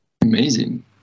amazing